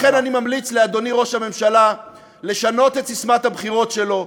לכן אני ממליץ לאדוני ראש הממשלה לשנות את ססמת הבחירות שלו,